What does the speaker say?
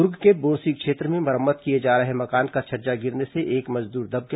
दर्ग के बोरसी क्षेत्र में मरम्मत किए जा रहे मकान का छज्जा गिरने से एक मजदूर दब गया